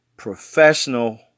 professional